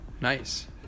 Nice